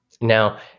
Now